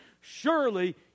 Surely